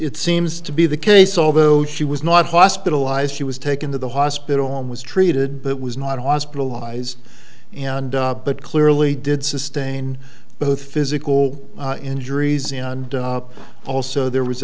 seems to be the case although she was not hospitalized she was taken to the hospital and was treated but was not hospitalized and but clearly did sustain both physical injuries and also there was